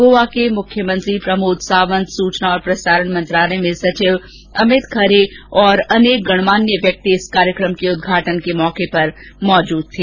गोआ के मुख्यमंत्री प्रमोद सावंत सूचना और प्रसारण मंत्रालय में सचिव अभित खरे और अनेक गणमान्य व्यक्ति इस कार्यक्रम के उदघाटन के दौरान उपस्थित थे